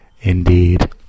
Indeed